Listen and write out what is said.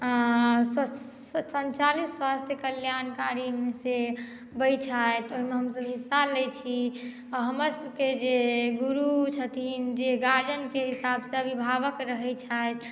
स्वचालित स्वास्थ्य कल्याणकारी से आबैत छथि ओहिमे हमसभ हिस्सा लैत छी आ हमरसभके जे गुरु छथिन जे गार्जियनके हिसाबसँ अभिभावक रहैत छथि